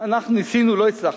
אנחנו ניסינו, לא הצלחנו.